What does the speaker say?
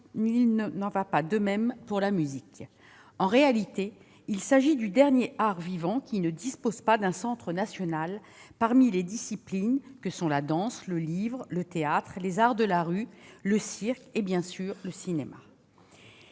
il n'en va pas de même pour la musique. En réalité, il s'agit du dernier art vivant qui ne dispose pas d'un centre national, au contraire de la danse, du livre, du théâtre, des arts de la rue, du cirque et, donc, du cinéma.